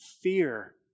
fear